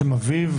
שם אביו,